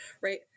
right